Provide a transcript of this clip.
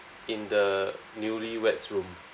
in the newlywed's room